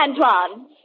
Antoine